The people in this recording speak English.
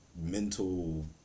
mental